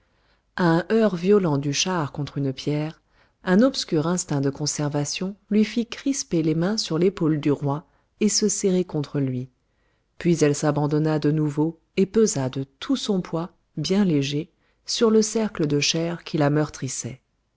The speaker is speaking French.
un heurt violent du char contre une pierre un obscur instinct de conservation lui fit crisper les mains sur l'épaule du roi et se serrer contre lui puis elle s'abandonna de nouveau et pesa de tout son poids bien léger sur ce cercle de chair qui la